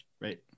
Right